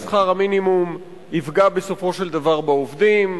שכר המינימום פוגע במשק,